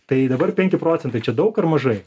tai dabar penki procentai čia daug ar mažai